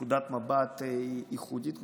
נקודת מבט ייחודית,